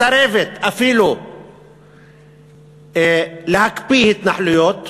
מסרבת אפילו להקפיא התנחלויות,